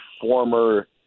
former